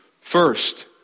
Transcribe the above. first